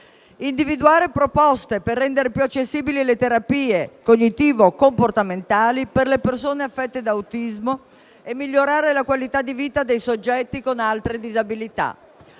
individuare proposte per rendere più accessibili le terapie cognitivo-comportamentali per le persone affette da autismo e migliorare la qualità di vita dei soggetti con altre disabilità;